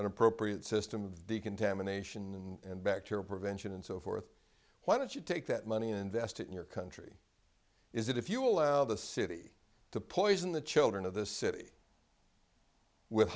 appropriate system decontamination and bacteria prevention and so forth why don't you take that money invest it in your country is it if you allow the city to poison the children of the city with